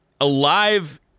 Alive